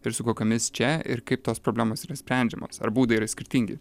ir su kokiomis čia ir kaip tos problemos yra sprendžiamos ar būdai yra skirtingi